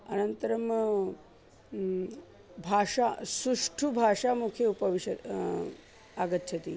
अनन्तरम् भाषा सुष्ठुभाषा मुखे उपविश्य आगच्छति